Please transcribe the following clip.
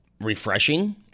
refreshing